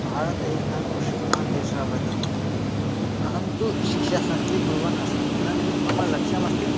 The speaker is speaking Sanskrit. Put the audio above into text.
भारतम् एकः कृषिप्रधानः देशः वर्तते अहं तु शिक्षाशास्त्री कुर्वन् अस्मि परन्तु मम लक्ष्यमस्ति